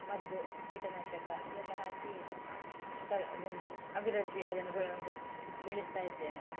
ಮದ್ದು ಕೀಟನಾಶಕ ಅದೆಲ್ಲ ಹಾಕಿ ಥರ ಇದನ್ನು ಅಭಿವೃದ್ಧಿ ಅದನ್ನು ಇದು ಬೆಳಿಸ್ತಾಯಿದ್ದೇನೆ ನಾನು